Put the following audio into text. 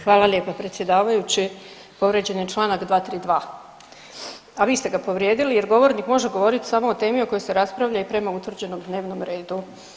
Hvala lijepa predsjedavajući, povrijeđen je čl. 232., a vi ste ga povrijedili jer govornik može govorit samo o temi o kojoj se raspravlja i prema utvrđenom dnevnom redu.